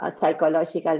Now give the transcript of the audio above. psychological